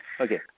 Okay